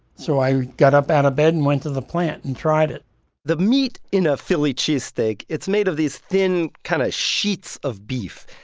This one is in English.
so i got up out of bed and went to the plant and tried it the meat in a philly cheesesteak, it's made of these thin kind of sheets of beef.